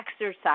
exercise